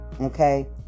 Okay